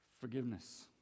Forgiveness